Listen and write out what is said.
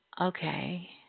Okay